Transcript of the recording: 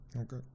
Okay